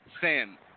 Sin